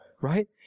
right